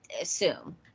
assume